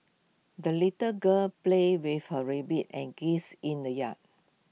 the little girl played with her rabbit and geese in the yard